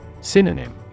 Synonym